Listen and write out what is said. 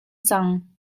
cang